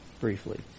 briefly